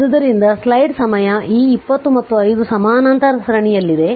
ಆದ್ದರಿಂದಸ್ಲೈಡ್ ಸಮಯ ಈ 20 ಮತ್ತು 5 ಸಮಾನಾಂತರ ಸರಣಿಯಲ್ಲಿವೆ